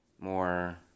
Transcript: more